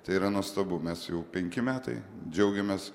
tai yra nuostabu mes jau penki metai džiaugiamės